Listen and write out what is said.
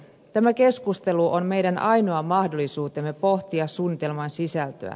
tämä keskustelu on meidän ainoa mahdollisuutemme pohtia suunnitelman sisältöä